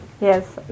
Yes